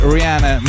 Rihanna